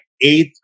eighth